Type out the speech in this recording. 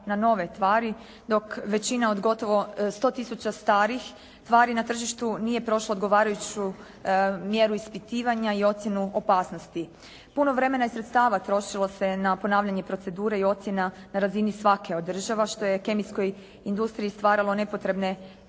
na nove tvari, dok većina od gotovo 100 tisuća starih tvari na tržištu nije prošla odgovarajuću mjeru ispitivanja i ocjenu opasnosti. Puno vremena i sredstava trošilo se na ponavljanje procedure i ocjena na razini svake od država što je kemijskoj industriji stvaralo nepotrebne